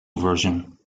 version